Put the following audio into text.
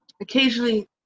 occasionally